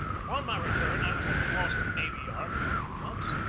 upon my return i was at the boston navy yard for a few months,